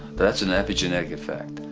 that's an epigenetic effect.